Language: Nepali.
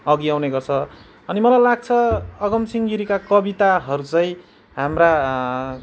अघि आउने गर्छ अनि मलाई लाग्छ अगमसिंह गिरीका कविताहरू चाहिँ हाम्रा